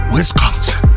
Wisconsin